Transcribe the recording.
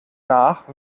nach